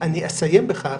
אסיים בכך